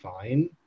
fine